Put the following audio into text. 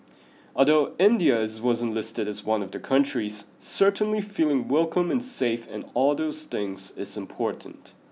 although India is wasn't listed as one of the countries certainly feeling welcome and safe and all those things is important